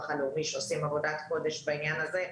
הלאומי שעושים עבודת קודש בעניין הזה,